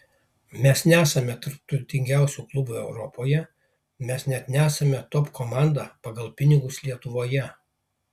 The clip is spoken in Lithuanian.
mes nesame tarp turtingiausių klubų europoje mes net nesame top komanda pagal pinigus lietuvoje